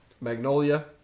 Magnolia